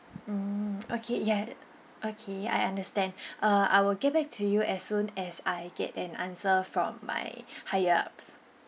mm okay ya okay I understand uh I will get back to you as soon as I get an answer from my higher-ups